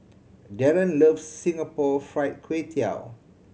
Daren loves Singapore Fried Kway Tiao